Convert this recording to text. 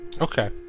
okay